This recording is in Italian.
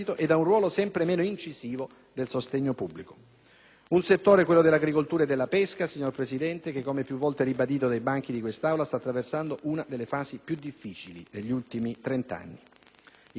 Un settore, quello dell'agricoltura e della pesca, signora Presidente, che come più volte ribadito dai banchi di quest'Aula sta attraversando una delle fasi più difficili degli ultimi trenta anni. I costi produttivi e gli oneri sociali sono raddoppiati,